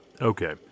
Okay